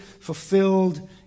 fulfilled